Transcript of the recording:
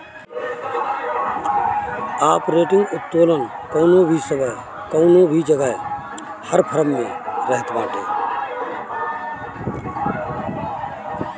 operating उत्तोलन कवनो भी समय कवनो भी जगह हर फर्म में रहत बाटे